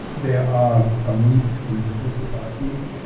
there are some neat and different societies.